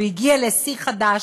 והגיע לשיא חדש,